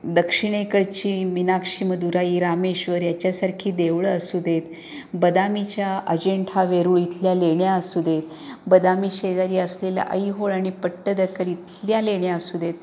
दक्षिणेकडची मिनाक्षी मदुराई रामेश्वर याच्यासारखी देवळं असू देत बदामीच्या अजिंठा वेरूळ इथल्या लेण्या असू देत बदामी शेजारी असलेल्या ऐहोळ आणि पट्टदखल इथल्या लेण्या असू देत